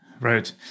right